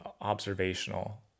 observational